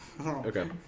Okay